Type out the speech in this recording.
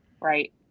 Right